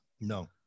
No